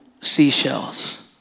seashells